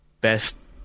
best